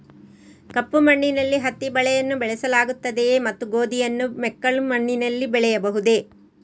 ಕಪ್ಪು ಮಣ್ಣಿನಲ್ಲಿ ಹತ್ತಿ ಬೆಳೆಯನ್ನು ಬೆಳೆಸಲಾಗುತ್ತದೆಯೇ ಮತ್ತು ಗೋಧಿಯನ್ನು ಮೆಕ್ಕಲು ಮಣ್ಣಿನಲ್ಲಿ ಬೆಳೆಯಬಹುದೇ?